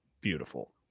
beautiful